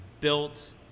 built